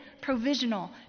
provisional